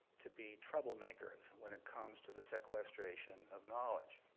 to be trouble makers when it comes to the sequestration of knowledge.